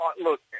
Look